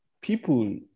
people